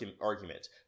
argument